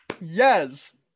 Yes